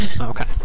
Okay